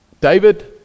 David